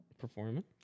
performing